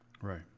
Right